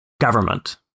government